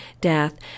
death